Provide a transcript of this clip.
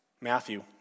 Matthew